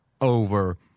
over